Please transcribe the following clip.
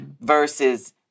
Versus